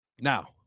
Now